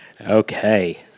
Okay